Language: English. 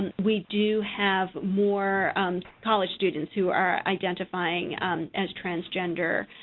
and we do have more college students who are identifying as transgender